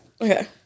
Okay